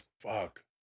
fuck